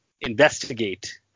investigate